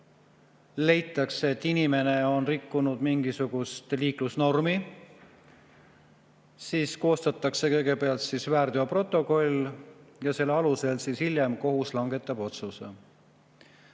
leitakse, et inimene on rikkunud mingisugust liiklusnormi, siis koostatakse kõigepealt väärteoprotokoll ja selle alusel hiljem kohus langetab otsuse.